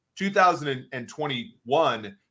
2021